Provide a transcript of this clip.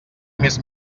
més